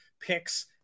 picks